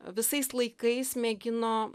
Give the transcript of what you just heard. visais laikais mėgino